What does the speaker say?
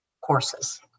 courses